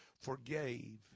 forgave